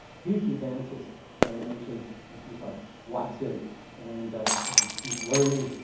huge advances that i mentioned in things like watson and and deep learning,